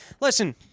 Listen